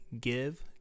give